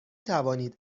توانید